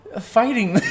fighting